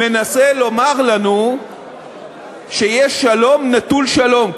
מנסה לומר לנו שיש שלום נטול שלום.